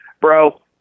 Bro